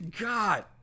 God